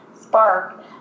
spark